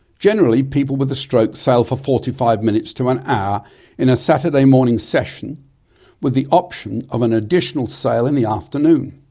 generally, people with a stroke sail for forty five minute to an hour in a saturday morning session with the option of an additional sail in the afternoon.